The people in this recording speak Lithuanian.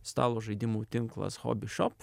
stalo žaidimų tinklas hobišop